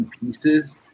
pieces